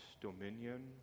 dominion